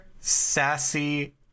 sassy